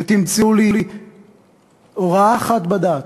ותמצאו לי הוראה אחת בדת